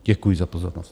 Děkuji za pozornost.